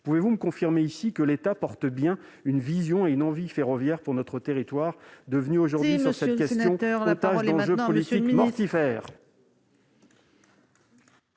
pouvez-vous me confirmer ici que l'État porte bien une vision et une envie ferroviaire pour notre territoire devenu aujourd'hui sur cette question, on a pas les mêmes policiers mortifère.